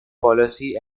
policy